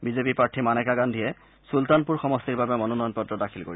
B J P প্ৰাৰ্থী মানেকা গান্ধীয়ে চুলতান সমষ্টিৰ বাবে মনোনযন পত্ৰ দাখিল কৰিব